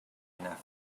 enough